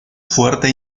fuerte